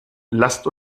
lasst